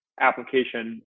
application